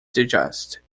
digest